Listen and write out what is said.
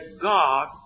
God